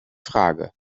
frage